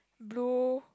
blue